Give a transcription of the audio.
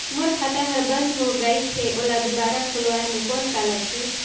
मोर खाता हर बंद हो गाईस है ओला दुबारा खोलवाय म कौन का लगही?